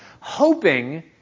hoping